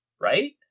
right